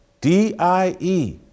D-I-E